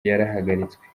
yarahagaritswe